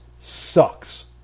sucks